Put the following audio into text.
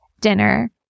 Dinner